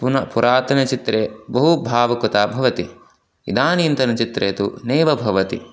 पुन पुरातनचित्रे बहु भावुकता भवति इदानीन्तनचित्रे तु नैव भवति